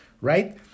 right